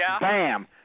bam